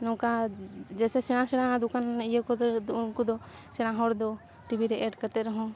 ᱱᱚᱝᱠᱟ ᱡᱮᱭᱥᱮ ᱥᱮᱬᱟ ᱥᱮᱬᱟ ᱫᱚᱠᱟᱱ ᱤᱭᱟᱹ ᱠᱚᱫᱚ ᱩᱱᱠᱩ ᱫᱚ ᱥᱮᱬᱟ ᱦᱚᱲ ᱫᱚ ᱴᱤᱵᱷᱤ ᱨᱮ ᱮᱰ ᱠᱟᱛᱮ ᱨᱮᱦᱚᱸ